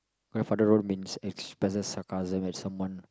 grandfather road means expresses sarcasm at someone